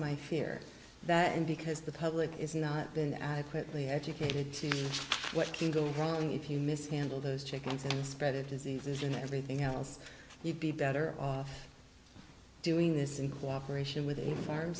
my fear that and because the public is not been adequately educated to what can go wrong if you mishandle those chickens in the spread of diseases and everything else you'd be better off doing this in cooperation with a farm